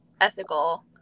ethical